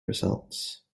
results